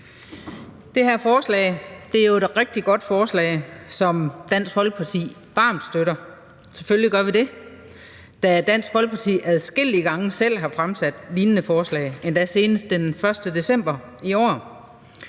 Det her forslag er jo et rigtig godt forslag, som Dansk Folkeparti varmt støtter – selvfølgelig gør vi det – da Dansk Folkeparti adskillige gange selv har fremsat lignende forslag, endda senest den 1. december i år.